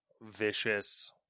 vicious